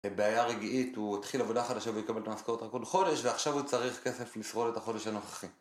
זה בעיה רגיעית, הוא התחיל עבודה חדשה ויקבל את המשכרות הכול חודש, ועכשיו הוא צריך כסף לסרול את החודש הנוכחי.